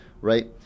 right